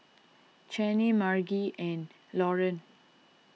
Chanie Margie and Lauren